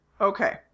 Okay